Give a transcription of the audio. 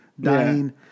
dying